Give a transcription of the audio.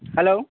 hello